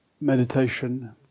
meditation